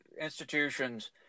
Institutions